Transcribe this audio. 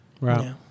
Right